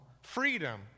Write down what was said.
freedom